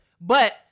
But-